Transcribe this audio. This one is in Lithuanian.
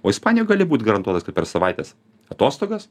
o ispanijo gali būt garantuotas kad per savaitės atostogas